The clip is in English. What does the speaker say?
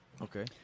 Okay